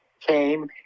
came